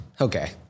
okay